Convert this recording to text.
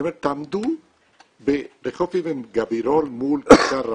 אני אומר: תעמדו ברחוב אבן גבירול, מול כיכר רבין,